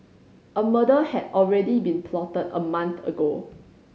a murder had already been plotted a month ago